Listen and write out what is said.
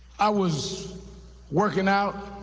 i was working out,